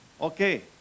Okay